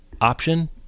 option